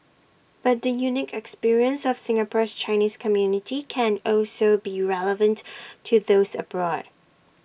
but the unique experience of Singapore's Chinese community can also be relevant to those abroad